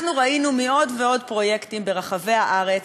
אנחנו ראינו מעוד ועוד פרויקטים ברחבי הארץ